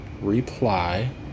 reply